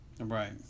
right